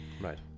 Right